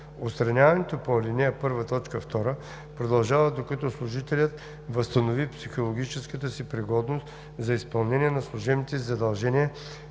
Отстраняването по ал. 1, т. 2а продължава, докато служителят възстанови психологичната си пригодност за изпълнение на служебните си задължения,